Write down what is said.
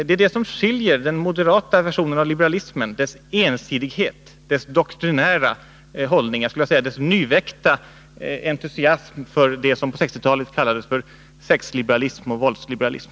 Det är det som utmärker den moderata versionen av liberalismen, dess ensidighet, dess doktrinära hållning, liksom på detta område dess nyväckta entusiasm för det som på 1960-talet kallades för sexliberalism och våldsliberalism.